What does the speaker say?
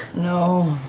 no.